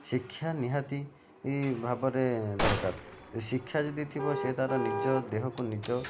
ଶିକ୍ଷା ନିହାତି ଭାବରେ ଦରକାର ଶିକ୍ଷା ଯଦି ଥିବ ସେ ତା'ର ନିଜ ଦେହକୁ ନିଜ